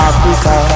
Africa